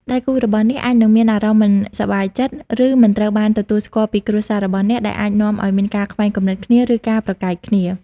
ដៃគូរបស់អ្នកអាចនឹងមានអារម្មណ៍មិនសប្បាយចិត្ត ឬមិនត្រូវបានទទួលស្គាល់ពីគ្រួសាររបស់អ្នក ដែលអាចនាំឲ្យមានការខ្វែងគំនិតគ្នា ឬការប្រកែកគ្នា។